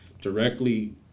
Directly